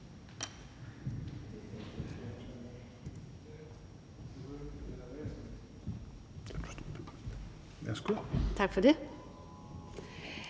Tak for det.